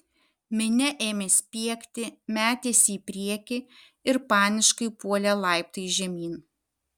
minia ėmė spiegti metėsi į priekį ir paniškai puolė laiptais žemyn